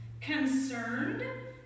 concerned